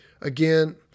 again